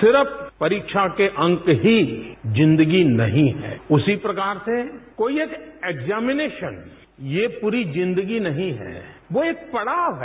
सिर्फ परीक्षा के अंक ही जिंदगी नहीं है उसी प्रकार से कोई एक एक्जामिनेशन ये पूरी जिंदगी नहीं है वो एक पड़ाव है